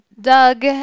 Doug